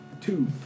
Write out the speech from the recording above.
Two